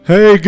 Hey